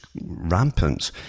rampant